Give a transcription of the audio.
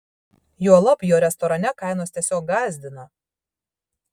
juolab jo restorane kainos tiesiog gąsdina